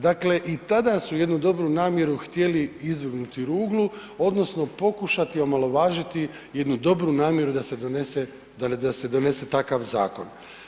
Dakle i tada su jednu dobru namjeru htjeli izvrgnuti ruglu odnosno pokušati omalovažiti jednu dobru namjeru da se donese takav zakon.